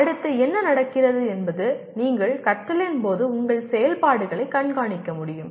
அடுத்து என்ன நடக்கிறது என்பது நீங்கள் கற்றலின் போது உங்கள் செயல்பாடுகளை கண்காணிக்க முடியும்